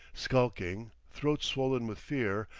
skulking, throat swollen with fear,